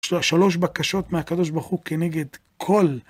יש לו שלוש בקשות מהקב״ה כנגד כל.